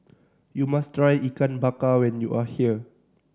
you must try Ikan Bakar when you are here